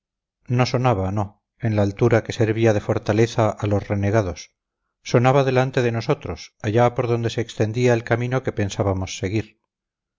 no sonaba no en la altura que servía de fortaleza a los renegados sonaba delante de nosotros allá por donde se extendía el camino que pensábamos seguir